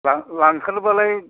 लांखानोबालाय